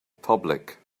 public